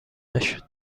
نشد